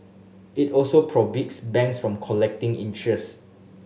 it also banks from collecting interest